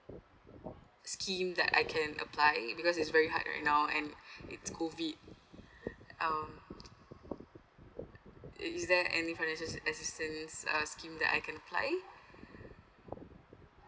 scheme that I can apply because it's very hard right now and with COVID um is there any financial assistance uh scheme that I can apply